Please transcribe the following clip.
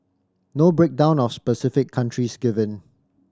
no breakdown of specific countries given